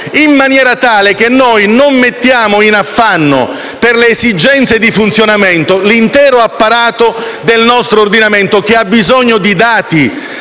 binario. In tal modo, non mettiamo in affanno, per le esigenze di funzionamento, l'intero apparato del nostro ordinamento, che ha bisogno di dati